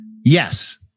Yes